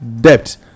debt